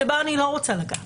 שבה אני לא רוצה לגעת,